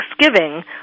Thanksgiving